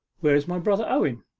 where is my brother owen?